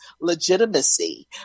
legitimacy